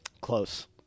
Close